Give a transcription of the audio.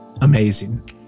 amazing